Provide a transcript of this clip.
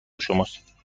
شماست